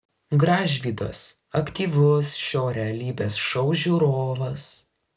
gražvydas aktyvus šio realybės šou žiūrovas